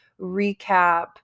recap